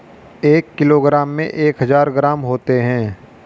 एक किलोग्राम में एक हजार ग्राम होते हैं